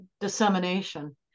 dissemination